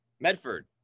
Medford